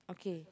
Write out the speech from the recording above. okay